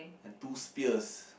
and two spears